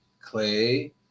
clay